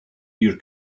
your